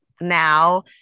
now